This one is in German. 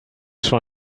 schon